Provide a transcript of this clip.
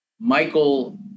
Michael